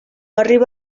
arriba